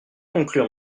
conclure